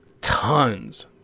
tons